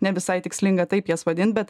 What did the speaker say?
ne visai tikslinga taip jas vadint bet